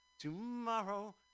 tomorrow